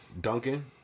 Duncan